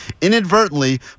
inadvertently